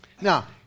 Now